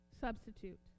substitute